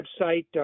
website